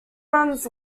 runs